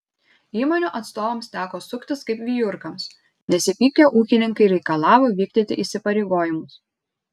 įmonių atstovams teko suktis kaip vijurkams nes įpykę ūkininkai reikalavo vykdyti įsipareigojimus